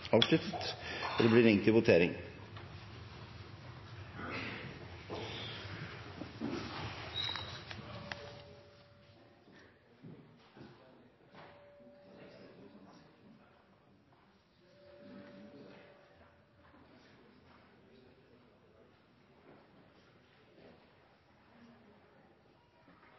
og slett det blir